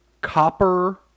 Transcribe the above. copper